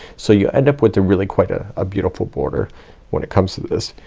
so you end up with a really quite ah a beautiful border when it comes to this.